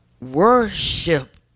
worship